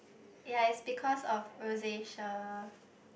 yea it's because of rosacea